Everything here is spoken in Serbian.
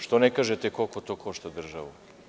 Što ne kažete koliko to košta državu?